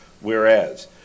whereas